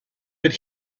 but